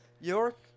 York